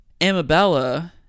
Amabella